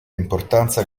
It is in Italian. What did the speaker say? importanza